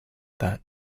that